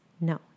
No